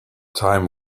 time